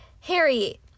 harry